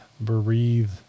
Breathe